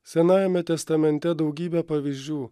senajame testamente daugybė pavyzdžių